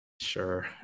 sure